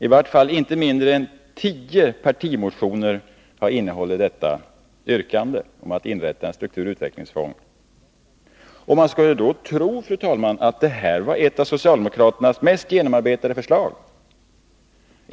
I vart fall inte mindre än tio partimotioner har innehållit yrkandet om att inrätta en strukturoch utvecklingsfond. Man skulle tro, fru talman, att detta var ett av socialdemokraternas mest genomarbetade förslag.